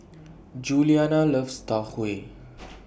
Juliana loves Tau Huay